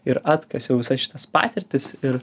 ir atkasiau visą šitas patirtis ir